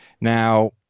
Now